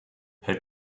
her